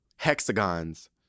Hexagons